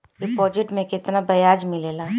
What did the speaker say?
Deposit मे केतना बयाज मिलेला?